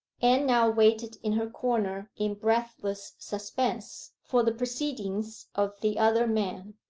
anne now waited in her corner in breathless suspense for the proceedings of the other man.